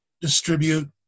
distribute